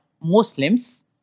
Muslims